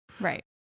Right